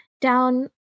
down